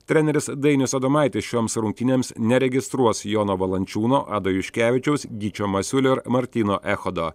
treneris dainius adomaitis šioms rungtynėms neregistruos jono valančiūno ado juškevičiaus gyčio masiulio ir martyno echodo